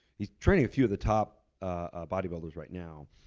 he's training a few of the top ah bodybuilders right now,